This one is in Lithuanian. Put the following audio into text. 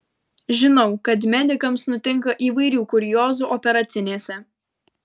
žinau kad medikams nutinka įvairių kuriozų operacinėse